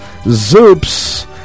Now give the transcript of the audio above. Zoops